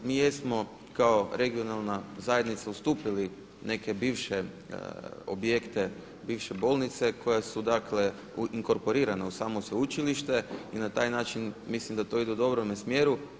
Mi jesmo kao regionalna zajednica ustupili neke bivše objekte bivše bolnice koje su inkorporirane u samo sveučilište i na taj način mislim da to ide u dobrome smjeru.